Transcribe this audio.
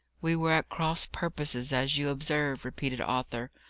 we were at cross purposes, as you observe, repeated arthur.